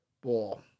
ball